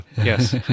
Yes